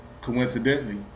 coincidentally